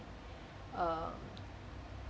um